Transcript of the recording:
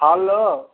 హాల్లో